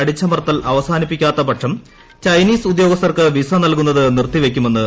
അടിച്ചമർത്തൽ അവസാനിപ്പിക്കാത്ത പക്ഷം ചൈനീസ് ഉദ്യോഗസ്ഥർക്ക് വിസ നൽകുന്നത് നിർത്തിവയ്ക്കുമെന്ന് അമേരിക്ക